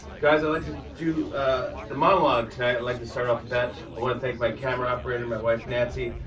guys, i'd like to do the monologue tonight. i'd like to start off with that. i want to thank my camera operator, my wife, nancy,